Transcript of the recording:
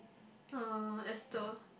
uh Esther